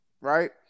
Right